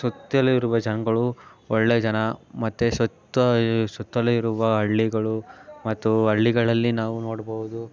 ಸುತ್ತಲೂ ಇರುವ ಜನಗಳು ಒಳ್ಳೆಯ ಜನ ಮತ್ತು ಸುತ್ತ ಈ ಸುತ್ತಲೂ ಇರುವ ಹಳ್ಳಿಗಳು ಮತ್ತು ಹಳ್ಳಿಗಳಲ್ಲಿ ನಾವು ನೋಡ್ಬೋದು